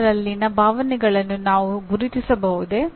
ಇತರರಲ್ಲಿನ ಭಾವನೆಗಳನ್ನು ನಾವು ಗುರುತಿಸಬಹುದೇ